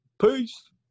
Peace